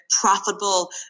profitable